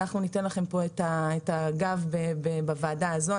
אנחנו ניתן לכם פה את הגב בוועדה הזו.